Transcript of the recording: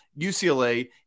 UCLA